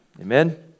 amen